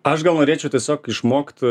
aš gal norėčiau tiesiog išmokt